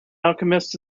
alchemist